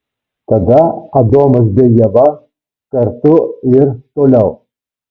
tada adomas bei ieva kartu ir toliau